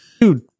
Dude